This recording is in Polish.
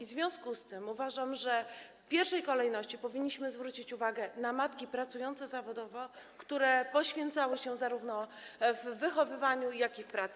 W związku z tym uważam, że w pierwszej kolejności powinniśmy zwrócić uwagę na matki pracujące zawodowo, które poświęcały się zarówno w wychowywaniu, jak i w pracy.